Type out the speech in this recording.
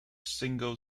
single